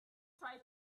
try